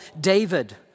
David